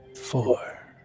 four